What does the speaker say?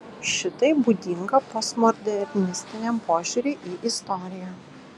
šitai būdinga postmodernistiniam požiūriui į istoriją